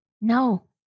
no